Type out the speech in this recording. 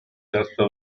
terza